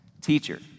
Teacher